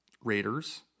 Raiders